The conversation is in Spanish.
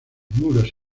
muros